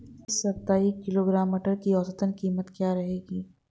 इस सप्ताह एक किलोग्राम मटर की औसतन कीमत क्या रहेगी?